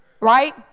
Right